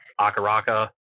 akaraka